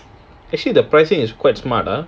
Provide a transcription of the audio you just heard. actually the pricing is quite smart ah